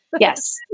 Yes